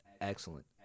Excellent